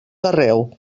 arreu